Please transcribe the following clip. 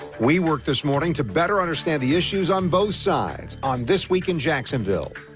we work this morning to better understand the issues on both sides. on this week in jacksonville.